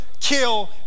kill